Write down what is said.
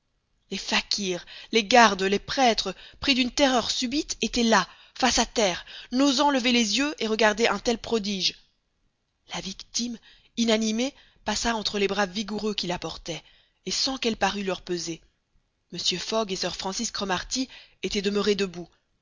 les fakirs les gardes les prêtres pris d'une terreur subite étaient là face à terre n'osant lever les yeux et regarder un tel prodige la victime inanimée passa entre les bras vigoureux qui la portaient et sans qu'elle parût leur peser mr fogg et sir francis cromarty étaient demeurés debout